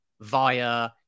via